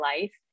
life